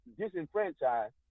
Disenfranchised